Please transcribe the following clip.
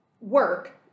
work